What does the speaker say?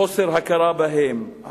חוסר הכרה בהם,